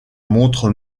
montre